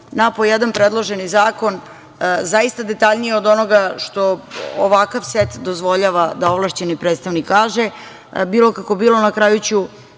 na po jedan predloženi zakon, a zaista detaljnije od onoga što ovakav set dozvoljava da ovlašćeni predstavnik kaže. Bilo kako bilo, na kraju ću